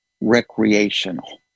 recreational